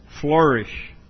flourish